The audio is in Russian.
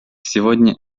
сегодня